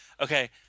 Okay